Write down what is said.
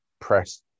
press